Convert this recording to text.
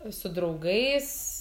su draugais